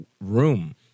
room